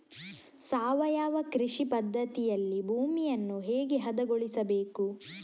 ಸಾವಯವ ಕೃಷಿ ಪದ್ಧತಿಯಲ್ಲಿ ಭೂಮಿಯನ್ನು ಹೇಗೆ ಹದಗೊಳಿಸಬೇಕು?